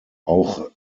auch